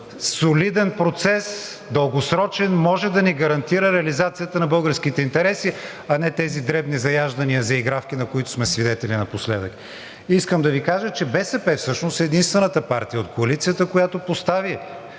солиден процес – дългосрочен, може да ни гарантира реализацията на българските интереси, а не тези дребни заяждания и заигравки, на които сме свидетели напоследък. Искам да Ви кажа, че БСП всъщност е единствената партия от Коалицията, която постави